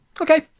Okay